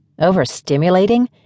Overstimulating